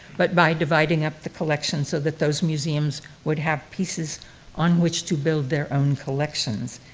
but by dividing ah the collection so that those museums would have pieces on which to build their own collections.